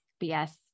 yes